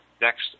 next